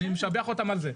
אני משבח אותם על זה.